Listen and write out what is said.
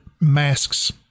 masks